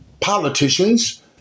politicians